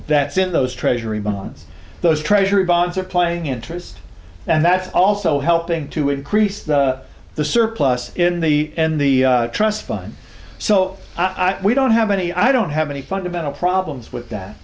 that since those treasury bonds those treasury bonds are playing interest and that's also helping to increase the surplus in the in the trust fund so i think we don't have any i don't have any fundamental problems with that